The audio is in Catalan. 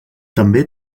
també